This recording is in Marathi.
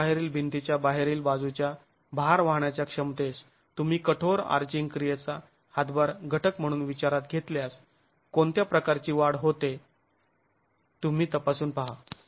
प्लेन बाहेरील भिंतीच्या बाहेरील बाजूच्या भार वाहण्याच्या क्षमतेस तुम्ही कठोर आर्चिंग क्रियेचा हातभार घटक म्हणून विचारात घेतल्यास कोणत्या प्रकारची वाढ होते तुम्ही तपासून पहा